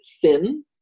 thin